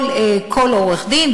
כל עורך-דין,